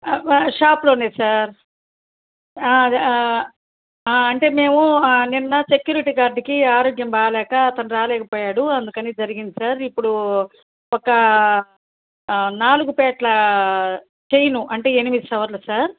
షాప్లోనే sir అదే అంటే మేము నిన్న సెక్యూరిటీ గార్డుకి ఆరోగ్యం బాగాలేక తను రాలేకపోయాడు అందుకని జరిగింది సార్ ఇప్పుడు ఒక నాలుగు పేటల చైను అంటే ఎనిమిది సవర్లు సార్